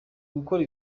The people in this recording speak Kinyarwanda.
gukora